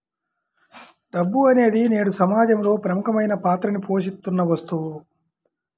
డబ్బు అనేది నేడు సమాజంలో ప్రముఖమైన పాత్రని పోషిత్తున్న వస్తువు